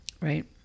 Right